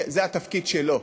זה התפקיד שלו.